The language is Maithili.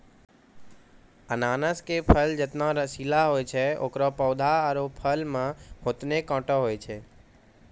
अनानस के फल जतना रसीला होय छै एकरो पौधा आरो फल मॅ होतने कांटो होय छै